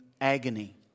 agony